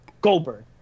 Goldberg